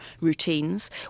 routines